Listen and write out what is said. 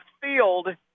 field